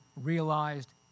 realized